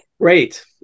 Great